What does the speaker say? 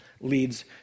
leads